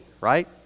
right